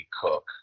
cook